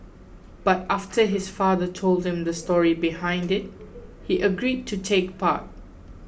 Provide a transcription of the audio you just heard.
but after his father told him the story behind it he agreed to take part